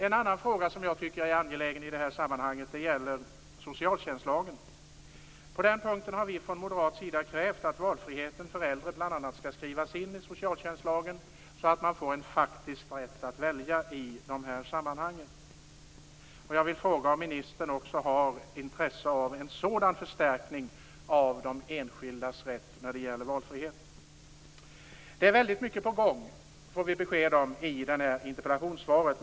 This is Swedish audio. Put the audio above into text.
En annan fråga som jag tycker är angelägen i det här sammanhanget gäller socialtjänstlagen. På den punkten har vi från moderat sida krävt att valfriheten för äldre bl.a. skall skrivas in i socialtjänstlagen så att man får en faktisk rätt att välja i dessa sammanhang. Jag vill fråga om ministern också har intresse av en sådan förstärkning av de enskildas rätt när det gäller valfrihet. Det är väldigt mycket på gång, får vi besked om i interpellationssvaret.